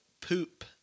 poop